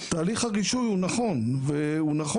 תהליך הגישור הוא נכון להתחלה,